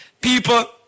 People